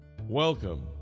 Welcome